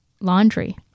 laundry